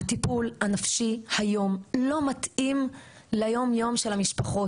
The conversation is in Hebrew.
הטיפול הנפשי היום לא מתאים ליום-יום של המשפחות.